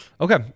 Okay